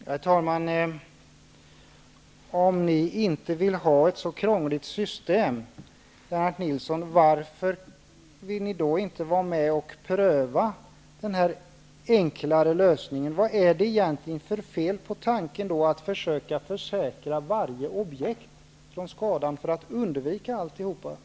Herr talman! Om ni inte vill ha ett så krångligt system, Lennart Nilsson, varför vill ni inte vara med och pröva den enklare lösningen? Vad är det för fel på tanken att försöka försäkra varje objekt mot skada för att undvika alla problem?